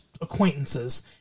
acquaintances